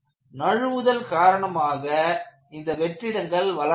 நழுவுதல் காரணமாக இந்த வெற்றிடங்கள் வளர்கின்றன